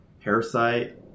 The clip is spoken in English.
parasite